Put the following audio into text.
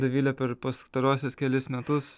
dovilė per pastaruosius kelis metus